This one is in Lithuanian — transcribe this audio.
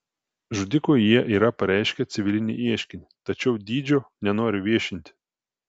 žudikui jie yra pareiškę civilinį ieškinį tačiau dydžio nenori viešinti